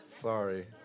Sorry